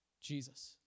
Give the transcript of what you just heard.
Jesus